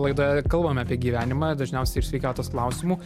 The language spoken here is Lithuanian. laidoje kalbam apie gyvenimą dažniausiai ir sveikatos klausimu